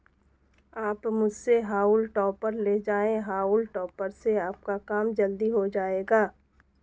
आप मुझसे हॉउल टॉपर ले जाएं हाउल टॉपर से आपका काम जल्दी हो जाएगा